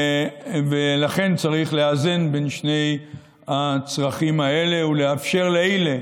ולכן צריך לאזן בין שני הצרכים האלה ולאפשר לאלה